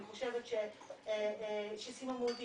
אני חושבת שסיממו אותי,